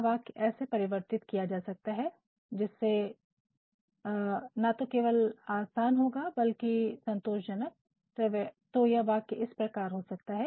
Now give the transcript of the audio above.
यह वाक्य ऐसे परिवर्तित किया जा सकता है जिससे या ना तो केवल आसान होगा बल्कि संतोषजनक तो वाक्य इस प्रकार से हो सकता है